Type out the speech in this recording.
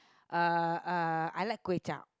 uh uh I like kway-chap